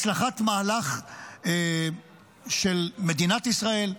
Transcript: הצלחת מהלך של מדינת ישראל,